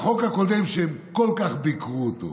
לחוק הקודם שהם כל כך ביקרו אותו.